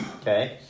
okay